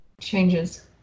changes